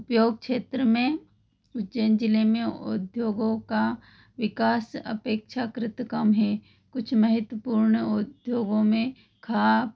उपयोग क्षेत्र में उज्जैन जिले में उद्योगों का विकास अपेक्षाकृत कम है कुछ महत्वपूर्ण उद्योगों में खा